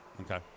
Okay